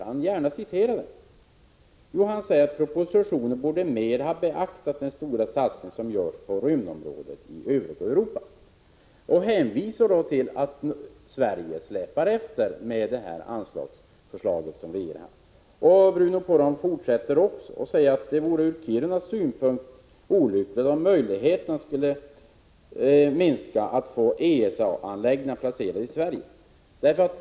Han säger att propositionen mera borde ha ”beaktat den stora satsning som görs på rymdområdet i övriga Europa”, och han säger också att Sverige släpar efter med regeringens förslag till anslag. Bruno Poromaa fortsätter: ”Från Kirunas synpunkt vore det också olyckligt om möjligheterna skulle minska att få ESA-anläggningar placerade i Sverige.